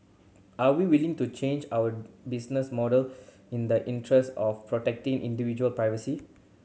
are we willing to change our business model in the interest of protecting individual privacy